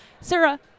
Sarah